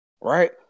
Right